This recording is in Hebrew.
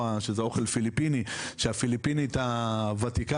מהאוכל הפיליפיני שהפיליפינית הוותיקה